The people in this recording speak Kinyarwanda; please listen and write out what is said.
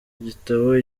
igitabo